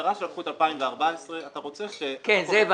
המטרה שלקחו את 2014. את זה הבנתי.